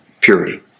Purity